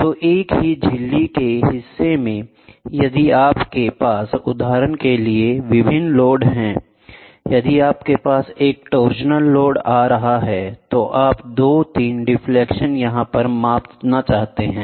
तो एक ही झिल्ली के हिस्से में यदि आपके पास उदाहरण के लिए विभिन्न लोड हैं यदि आपके पास एक टॉरशनल लोड आ रहा है तो आप 2 3 डिफलेक्शन यहां पर मापना चाहते हैं